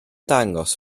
dangos